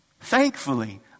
thankfully